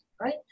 right